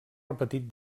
repetit